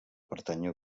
pertànyer